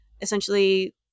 essentially